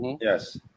Yes